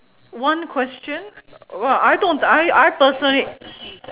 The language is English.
one question uh well I don't I I personally